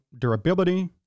durability